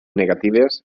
negatives